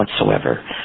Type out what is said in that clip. whatsoever